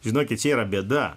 žinokit čia yra bėda